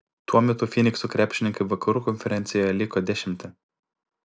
tuo metu fynikso krepšininkai vakarų konferencijoje liko dešimti